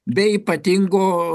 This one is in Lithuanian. be ypatingo